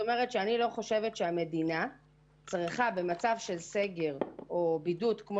אני לא חושבת שהמדינה צריכה במצב של סגר או בידוד כמו